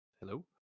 hello